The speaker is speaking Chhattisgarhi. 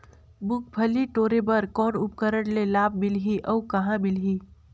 मुंगफली टोरे बर कौन उपकरण ले लाभ मिलही अउ कहाँ मिलही?